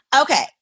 Okay